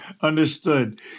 Understood